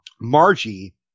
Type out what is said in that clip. Margie